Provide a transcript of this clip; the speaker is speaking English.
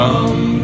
Come